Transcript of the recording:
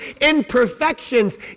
imperfections